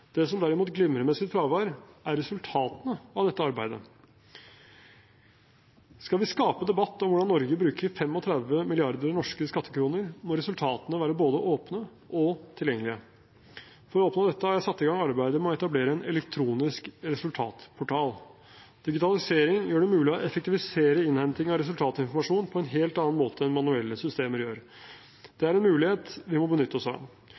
Det som derimot glimrer med sitt fravær, er resultatene av dette arbeidet. Skal vi skape debatt om hvordan Norge bruker 35 milliarder norske skattekroner, må resultatene være både åpne og tilgjengelige. For å oppnå dette har jeg satt i gang arbeidet med å etablere en elektronisk resultatportal. Digitalisering gjør det mulig å effektivisere innhenting av resultatinformasjon på en helt annen måte enn manuelle systemer gjør. Det er en mulighet vi må benytte oss av.